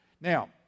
Now